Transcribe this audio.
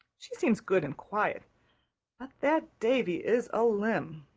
she seems good and quiet. but that davy is a limb.